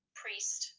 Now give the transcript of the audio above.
priest